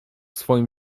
swoim